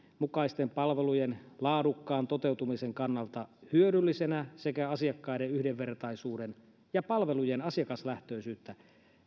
mukaisten palvelujen laadukkaan toteutumisen kannalta hyödyllisenä sekä asiakkaiden yhdenvertaisuutta ja palvelujen asiakaslähtöisyyttä